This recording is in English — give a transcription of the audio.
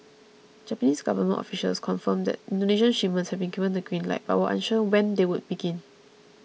Japanese government officials confirmed that Indonesian shipments had been given the green light but were unsure when they would begin